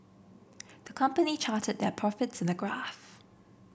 the company charted their profits in the graph